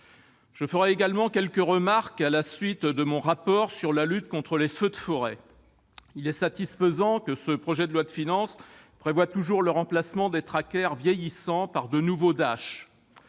? J'ajoute quelques remarques à la suite de mon rapport sur la lutte contre les feux de forêt. Il est satisfaisant que ce projet de loi de finances prévoie toujours le remplacement des Tracker vieillissants par de nouveaux Dash.